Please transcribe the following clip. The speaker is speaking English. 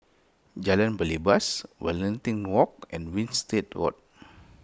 Jalan Belibas Waringin Walk and Winstedt Road